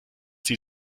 sie